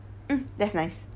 mm that's nice